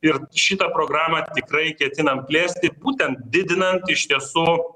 ir šitą programą tikrai ketinam plėsti būtent didinant iš tiesų